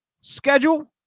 schedule